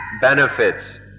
benefits